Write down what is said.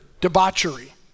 debauchery